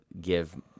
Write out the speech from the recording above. give